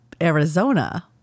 Arizona